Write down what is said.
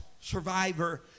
survivor